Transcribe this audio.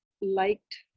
liked